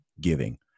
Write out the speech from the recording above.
giving